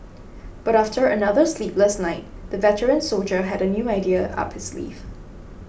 but after another sleepless night the veteran soldier had a new idea up his sleeve